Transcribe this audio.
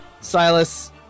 Silas